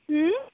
हुँ